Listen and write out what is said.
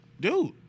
dude